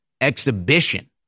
exhibition